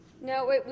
no